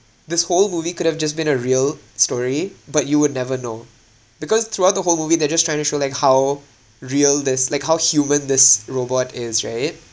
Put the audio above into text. this whole movie could have just been a real story but you would never know because throughout the whole movie they're just trying to show like how real this like how human this robot is right